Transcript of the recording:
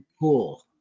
cool